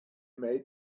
made